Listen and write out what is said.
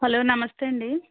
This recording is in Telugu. హాలో నమస్తే అండి